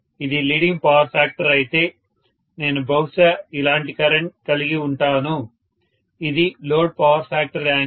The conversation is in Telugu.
ఇది లీడింగ్ పవర్ ఫ్యాక్టర్ అయితే నేను బహుశా ఇలాంటి కరెంట్ కలిగి ఉంటాను ఇది లోడ్ పవర్ ఫ్యాక్టర్ యాంగిల్